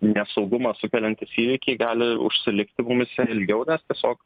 nesaugumą sukeliantys įvykiai gali užsilikti mumyse ilgiau nes tiesiog